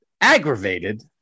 aggravated